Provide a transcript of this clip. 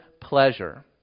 pleasure